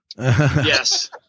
Yes